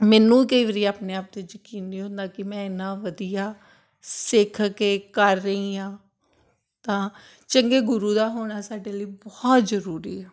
ਮੈਨੂੰ ਕਈ ਵਾਰੀ ਆਪਣੇ ਆਪ 'ਤੇ ਯਕੀਨ ਨਹੀਂ ਹੁੰਦਾ ਕਿ ਮੈਂ ਇੰਨਾ ਵਧੀਆ ਸਿੱਖ ਕੇ ਕਰ ਰਹੀ ਹਾਂ ਤਾਂ ਚੰਗੇ ਗੁਰੂ ਦਾ ਹੋਣਾ ਸਾਡੇ ਲਈ ਬਹੁਤ ਜ਼ਰੂਰੀ ਆ